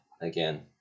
again